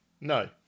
No